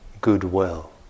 goodwill